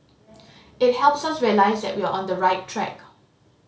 it helps us realise that we're on the right track